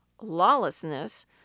lawlessness